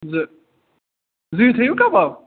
زٕ زٕے تھٲیوٕ کباب